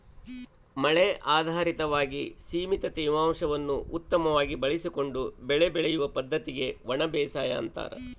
ಮಳೆ ಆಧಾರಿತವಾಗಿ ಸೀಮಿತ ತೇವಾಂಶವನ್ನು ಉತ್ತಮವಾಗಿ ಬಳಸಿಕೊಂಡು ಬೆಳೆ ಬೆಳೆಯುವ ಪದ್ದತಿಗೆ ಒಣಬೇಸಾಯ ಅಂತಾರ